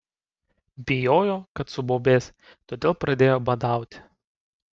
bijojo kad subobės todėl pradėjo badauti